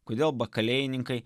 kodėl bakalėjininkai